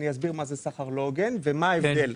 אני אסביר מה זה סחר לא הוגן ומה ההבדל.